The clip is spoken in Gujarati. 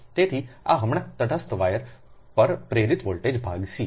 તેથી આ હમણાં તટસ્થ વાયર પર પ્રેરિત વોલ્ટેજ ભાગ સી